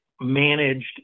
managed